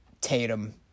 Tatum